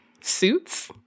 Suits